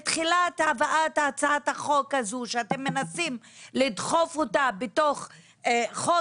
מתחילת הבאת הצעת החוק הזו שאתם מנסים לדחוף אותה בתוך חוק